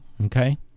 okay